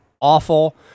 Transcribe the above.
awful